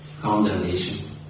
condemnation